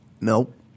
Nope